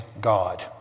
God